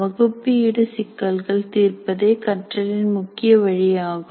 வகுப்பு ஈடு சிக்கல்கள் தீர்ப்பதே கற்றலின் முக்கிய வழியாகும்